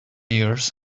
years